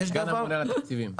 סגן הממונה על התקציבים.